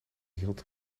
hield